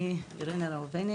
אני אירנה ראובני,